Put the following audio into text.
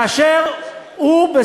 כאשר הוא,